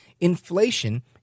inflation